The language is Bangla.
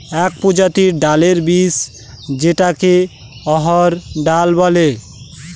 এক প্রজাতির ডালের বীজ যেটাকে অড়হর ডাল বলে